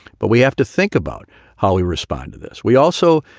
but we have to think about how we respond to this. we also,